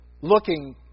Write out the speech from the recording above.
looking